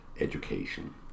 Education